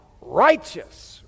righteous